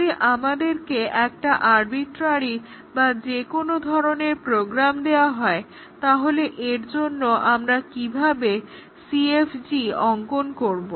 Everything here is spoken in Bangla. যদি আমাদেরকে একটা আর্বিট্রারি বা যেকোনো ধরনের প্রোগ্রাম দেওয়া হয় তাহলে এর জন্য আমি কিভাবে CFG অঙ্কন করব